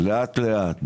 לאט לאט,